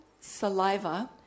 saliva